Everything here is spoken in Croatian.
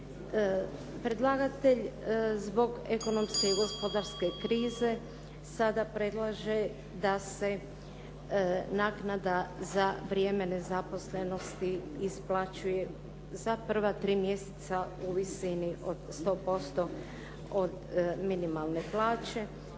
Predlagatelj zbog ekonomske i gospodarske krize sada predlaže da se naknada za vrijeme nezaposlenosti isplaćuje za prva 3 mjeseca u visini od 100% od minimalne plaće,